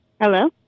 Hello